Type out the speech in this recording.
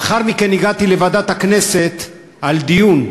לאחר מכן הגעתי לוועדת הכנסת לדיון.